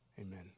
Amen